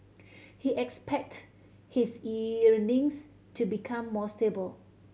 he expects his earnings to become more stable